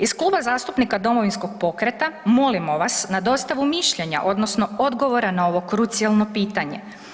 Iz Kluba zastupnika Domovinskog pokreta molimo vas na dostavu mišljenja odnosno odgovora na ovo krucijalno pitanje.